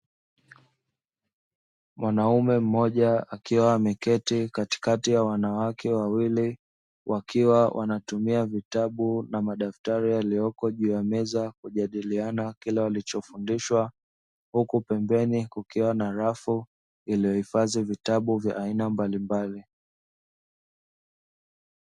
Mwanaume mmoja akiwa ameketi katikati ya wanawake wawili wakiwa wanatumia vitabu na madaftari yaliyoko juu ya meza kujadiliana kile walichofundishwa huku pembeni kukiwa na rafu iliyohifadhi vitabu vya aina mbalimbali.